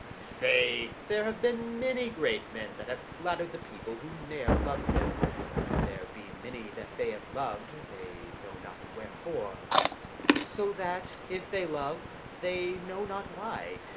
faith, there have been many great men that have flattered the people, who ne'er loved them and there be many that they have loved, they know not wherefore so that, if they love they know not why,